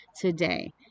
today